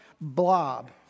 blob